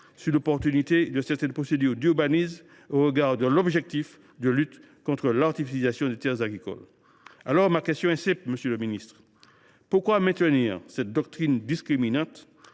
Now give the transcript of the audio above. sur l’opportunité de certaines procédures d’urbanisme, au regard de l’objectif de lutte contre l’artificialisation des terres agricoles. Ma question est simple, monsieur le ministre : pourquoi maintenir cette doctrine discriminante ?